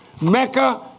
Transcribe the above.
Mecca